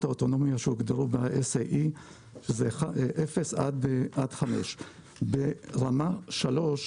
האוטונומיה שהוגדרו ב-SAE שזה אפס עד 5. ברמה 3,